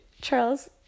Charles